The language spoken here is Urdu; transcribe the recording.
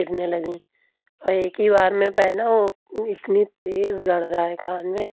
گرنے لگیں اور ایک ہی بار میں پہنا وہ اتنی تیز گڑ رہا ہے کان میں